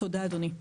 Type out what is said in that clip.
תודה אדוני.